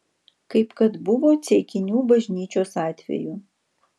kaip kad buvo ceikinių bažnyčios atveju